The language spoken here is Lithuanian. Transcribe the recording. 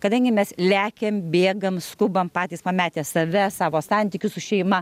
kadangi mes lekiam bėgam skubam patys pametę save savo santykius su šeima